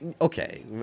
okay